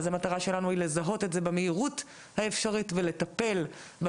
המטרה היא לזהות את זה במהירות האפשרית ולטפל.